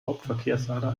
hauptverkehrsader